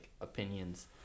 opinions